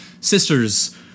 sister's